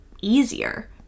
easier